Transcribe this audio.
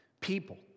people